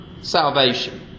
salvation